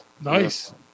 Nice